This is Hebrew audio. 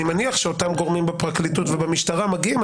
אני מניח שאותם גורמים בפרקליטות ובמשטרה מגיעים,